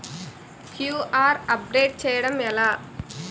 QR update చేయడం ఎలా?